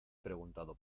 preguntado